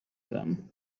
them